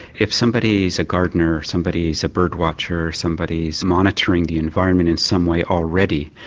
if somebody is a gardener, somebody is a bird watcher, somebody is monitoring the environment in some way already,